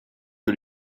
que